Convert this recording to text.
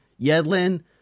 Yedlin